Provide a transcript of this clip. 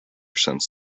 since